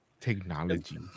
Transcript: Technology